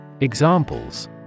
Examples